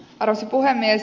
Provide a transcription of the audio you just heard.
arvoisa puhemies